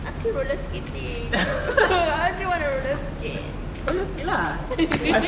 still got roller skating but I still want to roller skate